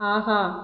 ஆஹா